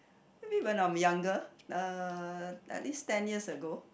maybe when I'm younger uh at least ten years ago